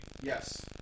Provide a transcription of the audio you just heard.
Yes